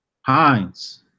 heinz